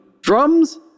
drums